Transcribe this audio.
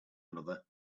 another